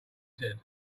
said